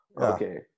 Okay